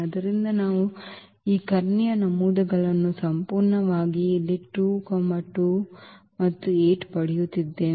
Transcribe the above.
ಆದ್ದರಿಂದ ನಾವು ಈ ಕರ್ಣೀಯ ನಮೂದುಗಳನ್ನು ಸಂಪೂರ್ಣವಾಗಿ ಇಲ್ಲಿ 2 2 8 ಪಡೆಯುತ್ತಿದ್ದೇವೆ